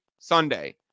sunday